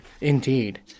indeed